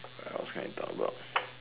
alright what else can I talk about